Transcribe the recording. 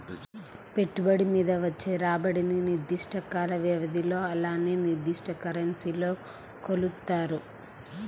పెట్టుబడి మీద వచ్చే రాబడిని నిర్దిష్ట కాల వ్యవధిలో అలానే నిర్దిష్ట కరెన్సీలో కొలుత్తారు